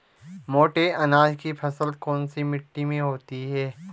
मोटे अनाज की फसल कौन सी मिट्टी में होती है?